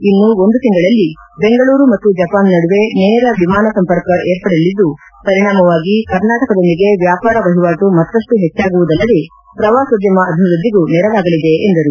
ಇನ್ನು ಒಂದು ತಿಂಗಳಲ್ಲಿ ಬೆಂಗಳೂರು ಮತ್ತು ಜಪಾನ್ ನಡುವೆ ನೇರ ವಿಮಾನ ಸಂಪರ್ಕ ಏರ್ಪಡಲಿದ್ದು ಪರಿಣಾಮವಾಗಿ ಕರ್ನಾಟಕದೊಂದಿಗೆ ವ್ಯಾಪಾರ ವಹಿವಾಟು ಮತ್ತಷ್ಟು ಹೆಚ್ಚಾಗುವುದಲ್ಲದೇ ಪ್ರವಾಸೋದ್ಯಮ ಅಭಿವೃದ್ದಿಗೂ ನೆರವಾಗಲಿದೆ ಎಂದರು